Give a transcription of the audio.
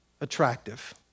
attractive